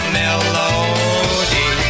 melody